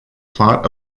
plot